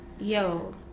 yo